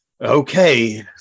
okay